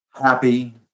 happy